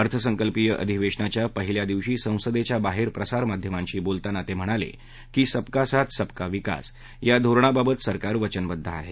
अर्थसंकल्पीय अधिवेशनाच्या पहिल्या दिवशी संसदेच्या बाहेर प्रसारमाध्यमांशी बोलताना ते म्हणाले की सबका साथ सबका विकास या धोरणाबाबत सरकार वचनबद्ध आहे